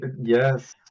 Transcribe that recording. Yes